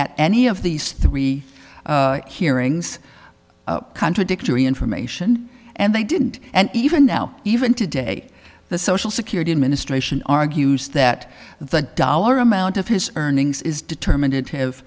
at any of these three hearings contradictory information and they didn't and even now even today the social security administration argues that the dollar amount of his earnings is determined i